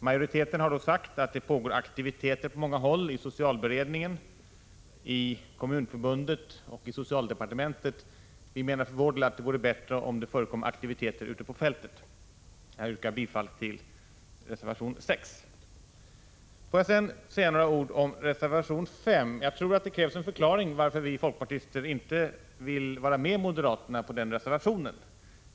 Majoriteten har då sagt att det pågår aktiviteter på många håll — i socialberedningen, i Kommunförbundet, i socialdepartementet. Vi menar för vår del att det vore bättre om det förekom aktiviteter ute på fältet. Jag yrkar bifall till reservation 6. Får jag sedan säga några ord om reservation 5. Jag tror att det krävs en förklaring till att vi folkpartister inte vill vara med moderaterna på den reservationen.